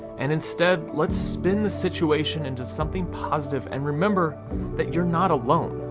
and instead let's spin the situation into something positive, and remember that you're not alone.